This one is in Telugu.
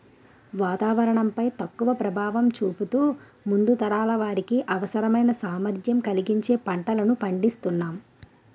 వాతావరణం పై తక్కువ ప్రభావం చూపుతూ ముందు తరాల వారికి అవసరమైన సామర్థ్యం కలిగించే పంటలను పండిస్తునాం